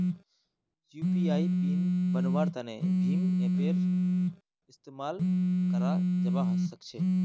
UPI PIN बन्वार तने भीम ऐपेर इस्तेमाल कराल जावा सक्छे